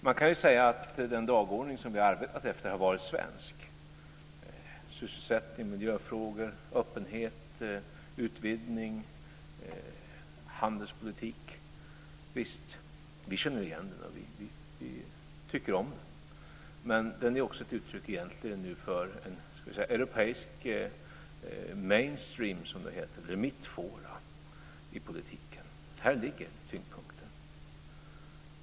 Man kan säga att den dagordning vi har arbetat efter har varit svensk: sysselsättning, miljöfrågor, öppenhet, utvidgning, handelspolitik. Visst, vi känner igen det och vi tycker om det. Men det är egentligen nu också ett uttryck för en europeisk mainstream, eller mittfåra, i politiken. Här ligger tyngdpunkten.